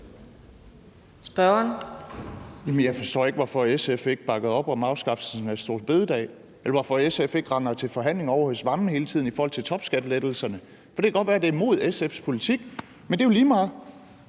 jeg forstår ikke, hvorfor SF ikke bakkede op om afskaffelsen af store bededag, eller hvorfor SF ikke render til forhandlinger ovre hos finansministeren hele tiden i forhold til topskattelettelserne. For det kan godt være, det er imod SF's politik, men det er jo lige meget.